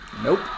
Nope